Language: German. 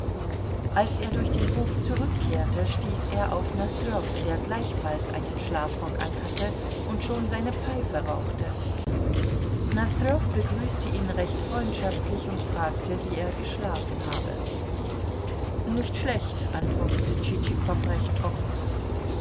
als er durch den hof zurückkehrte stieß er auf nosdrjow der gleichfalls einen schlafrock anhatte und schon seine pfeife rauchte nosdrjow begrüßte ihn recht freundschaftlich und fragte wie er geschlafen habe nicht schlecht antwortete tschitschikow recht trocken